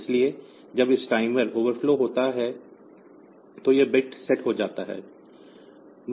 इसलिए जब यह टाइमर ओवरफ्लो होता है तो यह बिट सेट हो जाता है